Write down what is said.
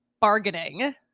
bargaining